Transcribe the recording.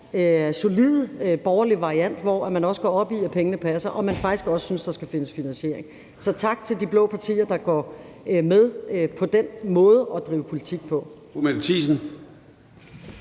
solide borgerlige variant, hvor man også går op i, at pengene passer, og at man faktisk også synes, at der skal findes finansiering. Så tak til de blå partier, der går med på den måde at drive politik på.